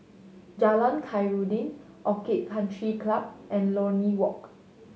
Jalan Khairuddin Orchid Country Club and Lornie Walk